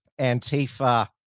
Antifa